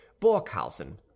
Borkhausen